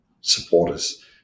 supporters